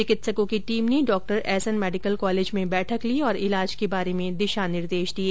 चिकित्सकों की टीम ने डॉ एसएन मेडिकल कॉलेज में बैठक ली और इलाज को बारे में दिशानिर्देश दिए